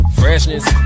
freshness